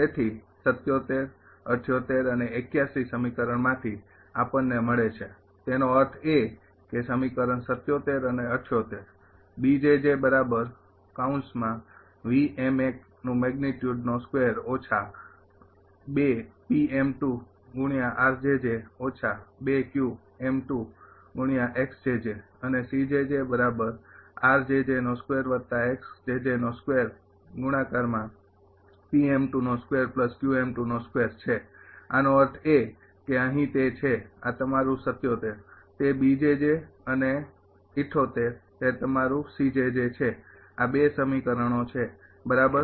તેથી ૭૭ ૭૮ અને ૮૧ સમીકરણમાંથી આપણને મળે છે તેનો અર્થ એ કે સમીકરણ ૭૭ અને ૭૮ અને છે આનો અર્થ એ કે અહીં તે છે આ તમારું ૭૭ તે અને ૭૮ તે તમારુ છે આ ૨ સમીકરણો છે બરાબર